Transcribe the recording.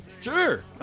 Sure